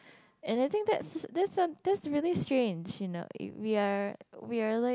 and I think that's that's that's really strange you know we are we are like